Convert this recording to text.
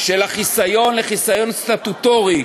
של החיסיון לחיסיון סטטוטורי,